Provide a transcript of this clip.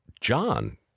John